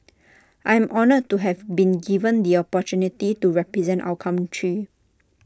I am honoured to have been given the opportunity to represent our country